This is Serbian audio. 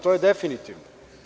To je definitivno.